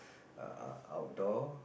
err outdoor